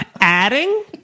Adding